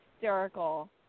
hysterical